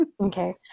Okay